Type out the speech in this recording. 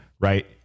Right